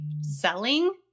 selling